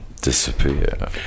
disappear